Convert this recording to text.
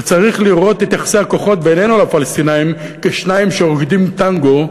וצריך לראות את יחסי הכוחות בינינו לפלסטינים כשניים שרוקדים טנגו,